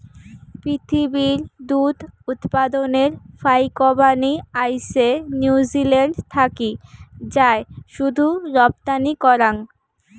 পিথীবির দুধ উৎপাদনের ফাইকবানী আইসে নিউজিল্যান্ড থাকি যায় শুধু রপ্তানি করাং